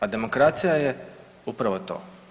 A demokracija je upravo to.